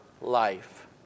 life